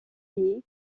publié